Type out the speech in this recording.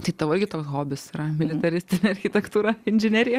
tai tavo irgi toks hobis yra militaristinė architektūra inžinerija